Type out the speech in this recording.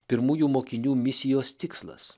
pirmųjų mokinių misijos tikslas